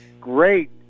Great